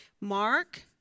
Mark